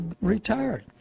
retired